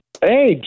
Hey